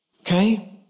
okay